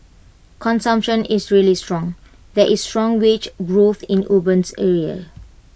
consumption is really strong there is strong wage growth in urban areas